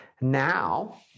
Now